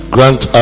Grant